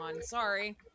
sorry